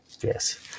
Yes